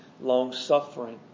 longsuffering